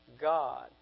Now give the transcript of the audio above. God